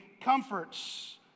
comforts